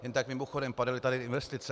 Jen tak mimochodem, padaly tady investice.